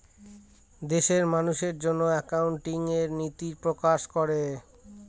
বিদেশে মানুষের জন্য একাউন্টিং এর নীতি প্রকাশ করে